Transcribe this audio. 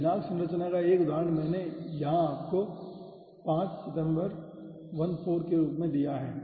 तो दिनांक संरचना का एक उदाहरण मैंने आपको यहाँ 5 Sep14 में दिखाया है